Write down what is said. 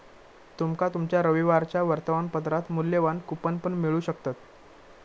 तुमका तुमच्या रविवारच्या वर्तमानपत्रात मुल्यवान कूपन पण मिळू शकतत